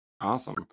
Awesome